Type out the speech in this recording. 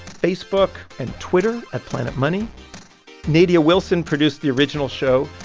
facebook and twitter at planetmoney. nadia wilson produced the original show.